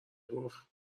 گفت